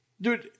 dude